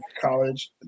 college